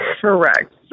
Correct